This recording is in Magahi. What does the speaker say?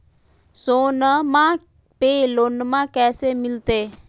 सोनमा पे लोनमा कैसे मिलते?